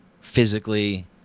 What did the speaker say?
physically